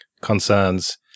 concerns